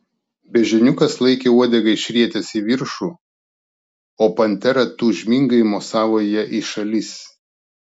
beždžioniukas laikė uodegą išrietęs į viršų o pantera tūžmingai mosavo ja į šalis